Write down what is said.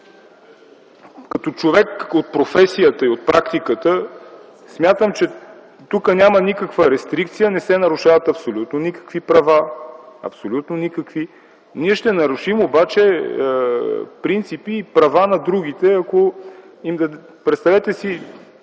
Като човек от професията и от практиката смятам, че тук няма никаква рестрикция, не се нарушават абсолютно никакви права. Ние обаче ще нарушим принципи и права на другите. Представете си